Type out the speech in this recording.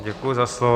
Děkuji za slovo.